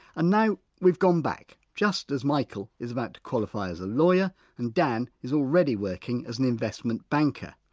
now we've gone back just as michael is about to qualify as a lawyer and dan is already working as an investment banker.